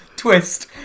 twist